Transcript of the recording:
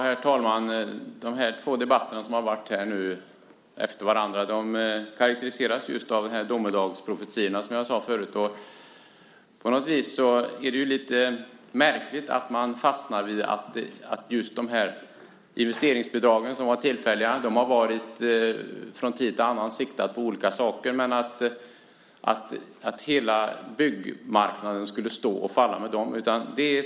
Herr talman! De två debatter som har varit här efter varandra karaktäriseras just av dessa domedagsprofetior. Det är lite märkligt att man fastnar vid dessa tillfälliga investeringsbidrag - de har från tid till annan siktat på olika saker - och att hela byggmarknaden skulle stå och falla med dem.